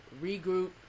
regroup